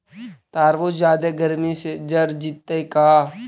तारबुज जादे गर्मी से जर जितै का?